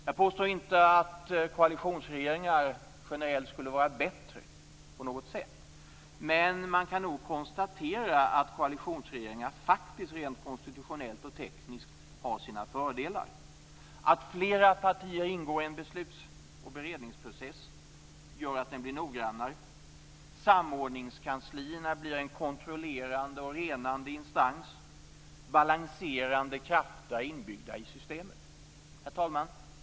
Jag påstår inte att koalitionsregeringar generellt skulle vara bättre på något sätt, men man kan nog konstatera att koalitionsregeringar faktiskt rent konstitutionellt och tekniskt har sina fördelar. Att flera partier ingår i en besluts och beredningsprocess gör att den blir noggrannare. Samordningskanslierna blir en kontrollerande och enande instans. Balanserande krafter är inbyggda i systemet. Herr talman!